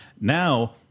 Now